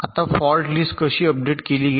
आता fault list येथे कशी अपडेट केली गेली